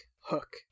hook